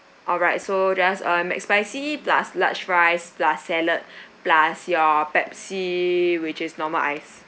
alright so just uh McSpicy plus large fries plus salad plus your Pepsi which is normal ice